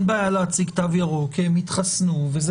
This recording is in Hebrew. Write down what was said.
אין בעיה להציג תו ירוק כי הם התחסנו אז